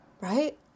Right